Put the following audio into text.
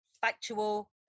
factual